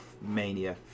mania